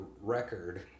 record